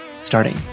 starting